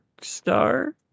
star